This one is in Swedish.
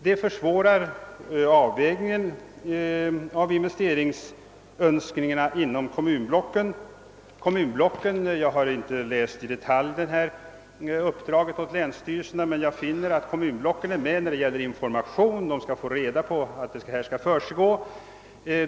Det försvårar avvägningen av investeringsönskningar inom kommunblocken. Jag har inte i detalj läst uppdraget åt länsstyrelserna, men jag har funnit att kommunblocken är med när det gäller information — de skall få reda på vad som här skall försiggå.